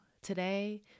today